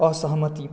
असहमति